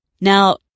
Now